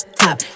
top